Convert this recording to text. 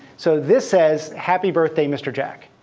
so this says, happy birthday, mr. jack.